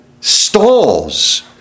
stalls